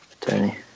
Tony